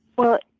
well,